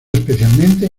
especialmente